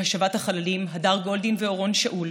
להשבת החללים הדר גולדין ואורון שאול,